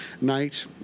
night